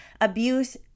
abuse